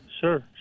sure